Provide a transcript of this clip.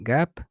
Gap